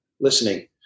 listening –